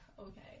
okay